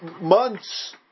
months